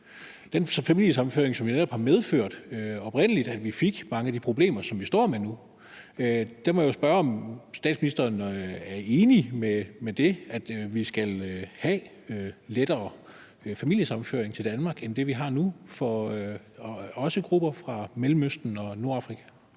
den familiesammenføring, som netop har medført oprindelig, at vi fik mange af de problemer, som vi står med nu. Der må jeg spørge, om statsministeren er enig i det, altså at vi skal have lettere familiesammenføring til Danmark end det, vi har nu, også for grupper fra Mellemøsten og Nordafrika.